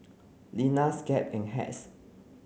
Lenas Gap and Hacks